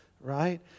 right